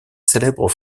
célèbre